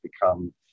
become